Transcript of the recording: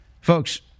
Folks